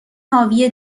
حاوی